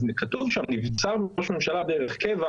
אז כתוב שם נבצר מראש ממשלה דרך קבע